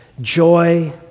joy